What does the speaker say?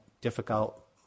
difficult